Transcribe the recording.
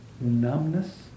numbness